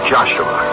Joshua